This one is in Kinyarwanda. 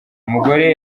umugore